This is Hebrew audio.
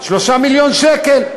3 מיליון שקל.